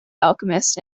alchemist